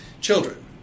children